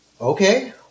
okay